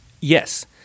Yes